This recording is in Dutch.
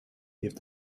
heeft